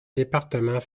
département